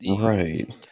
Right